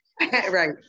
right